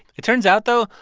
it turns out, though,